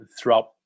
throughout